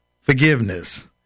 forgiveness